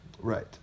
Right